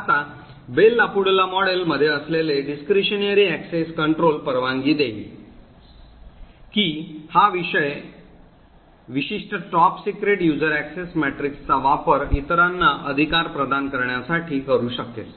आता Bell LaPadula model मध्ये असलेले Discretionary access अॅक्सेस कंट्रोल परवानगी देईल की हा विशिष्ट टॉप सीक्रेट यूझर अॅक्सेस मॅट्रिक्सचा वापर इतरांना अधिकार प्रदान करण्यासाठी करू शकेल